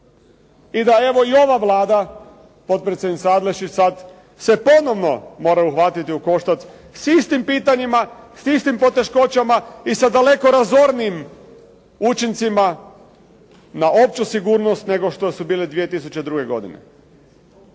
i da evo i ova Vlada, potpredsjednica Adlešić se sada ponovno mora uhvatiti u koštac s istim pitanjima, s istim poteškoćama i sa daleko razornijim učincima na opću sigurnost nego što su bili 2002. godine.